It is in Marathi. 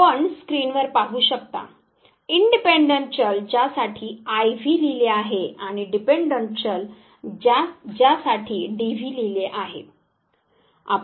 आपण स्क्रीनवर पाहू शकता इनडिपेंडंट चल ज्यासाठी IV लिहिले आहे आणि डिपेंडंट चल ज्यासाठी DV लिहिले आहे